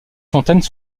fontaines